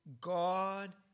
God